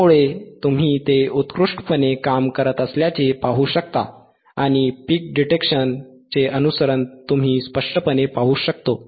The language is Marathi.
त्यामुळे तुम्ही ते उत्कृष्टपणे काम करत असल्याचे पाहू शकता आणि पीक डिटेक्शनचे अनुसरण तुम्ही स्पष्टपणे पाहू शकतो